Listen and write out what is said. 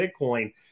Bitcoin